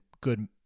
good